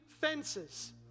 fences